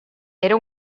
era